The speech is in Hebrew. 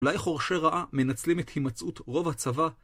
אולי חורשי רעה מנצלים את הימצאות רוב הצבא?